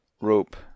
Rope